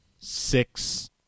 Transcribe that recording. six